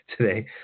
today